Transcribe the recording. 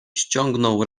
ściągnął